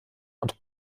und